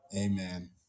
Amen